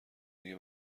دیگه